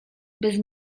bez